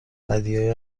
بدیهایی